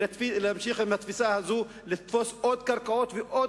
להפסיק עם התפיסה הזאת של לתפוס עוד קרקעות ועוד